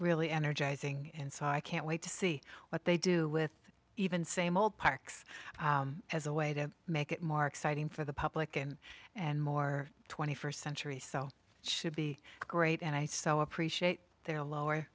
really energizing and so i can't wait to see what they do with even same old parks as a way to make it mark citing for the public and and more twenty first century so should be great and i so appreciate their lower